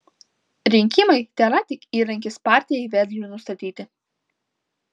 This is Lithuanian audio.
rinkimai tėra tik įrankis partijai vedliui nustatyti